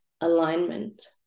alignment